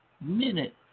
minute